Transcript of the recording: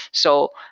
so,